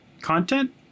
content